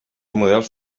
models